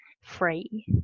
free